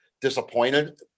disappointed